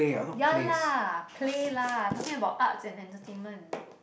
ya lah play lah talking about arts and entertainment